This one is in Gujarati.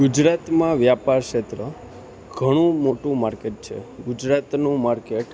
ગુજરાતમાં વ્યાપાર ક્ષેત્ર ઘણું મોટું માર્કેટ છે ગુજરાતનું માર્કેટ